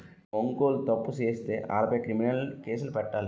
బేంకోలు తప్పు సేత్తే ఆలపై క్రిమినలు కేసులు పెట్టాలి